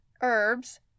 herbs